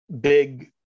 big